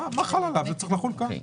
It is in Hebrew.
זה צריך לחול כאן.